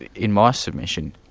in my submission,